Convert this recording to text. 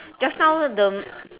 just now the